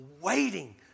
waiting